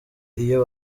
iyo